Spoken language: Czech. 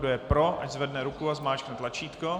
Kdo je pro, ať zvedne ruku a zmáčkne tlačítko.